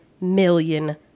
million